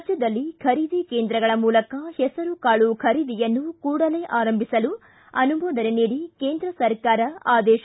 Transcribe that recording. ರಾಜ್ಯದಲ್ಲಿ ಖರೀದಿ ಕೇಂದ್ರಗಳ ಮೂಲಕ ಹೆಸರುಕಾಳು ಖರೀದಿಯನ್ನು ಕೂಡಲೇ ಆರಂಭಿಸಲು ಅನುಮೋದನೆ ನೀಡಿ ಕೇಂದ್ರ ಸರಕಾರ ಆದೇಶ